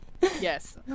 Yes